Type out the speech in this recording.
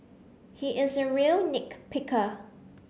he is a real nit picker